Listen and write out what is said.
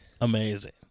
amazing